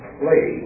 play